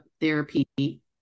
therapy